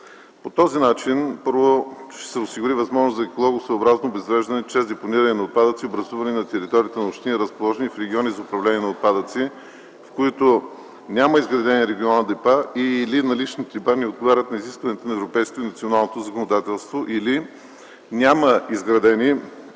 По този начин, първо, ще се осигури възможност за екологосъобразно обезвреждане чрез депониране на отпадъци, образувани на територията на общини, разположени в региони за управление на отпадъци, в които няма изградени регионални депа и/или наличните депа не отговарят на изискванията на европейското и националното законодателство, или няма изградени